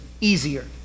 easier